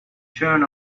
turn